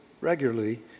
regularly